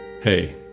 hey